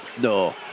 No